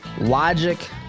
logic